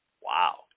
Wow